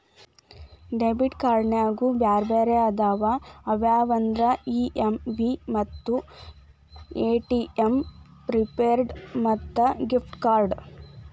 debit ಕ್ಯಾರ್ಡ್ನ್ಯಾಗು ಬ್ಯಾರೆ ಬ್ಯಾರೆ ಅದಾವ ಅವ್ಯಾವಂದ್ರ ಇ.ಎಮ್.ವಿ ಮತ್ತ ಎ.ಟಿ.ಎಂ ಪ್ರಿಪೇಯ್ಡ್ ಮತ್ತ ಗಿಫ್ಟ್ ಕಾರ್ಡ್ಸ್